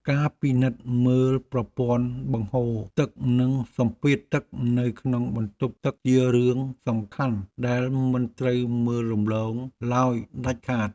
ការពិនិត្យមើលប្រព័ន្ធបង្ហូរទឹកនិងសម្ពាធទឹកនៅក្នុងបន្ទប់ទឹកជារឿងសំខាន់ដែលមិនត្រូវមើលរំលងឡើយដាច់ខាត។